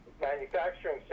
manufacturing